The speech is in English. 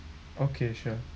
okay sure